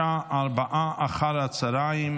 שבעה בעד, אין מתנגדים,